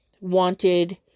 wanted